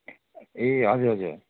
ए हजुर हजुर